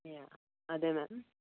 yeah అదే ma'am